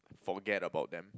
forget about them